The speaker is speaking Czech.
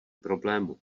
problému